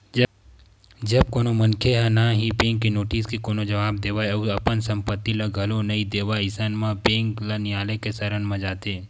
जब कोनो मनखे ह ना ही बेंक के नोटिस के कोनो जवाब देवय अउ अपन संपत्ति ल घलो नइ देवय अइसन म बेंक ल नियालय के सरन म जाथे